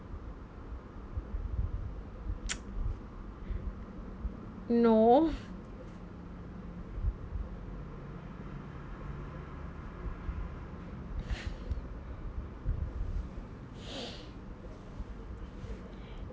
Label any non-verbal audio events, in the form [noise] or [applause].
[noise] no